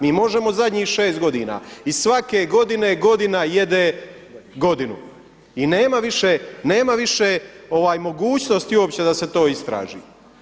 Mi možemo zadnjih šest godina i svake godine godina jede godinu i nema više mogućnosti uopće da se to istraži.